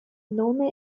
nome